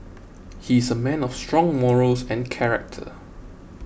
he's a man of strong morals and character